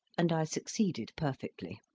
and i succeeded perfectly.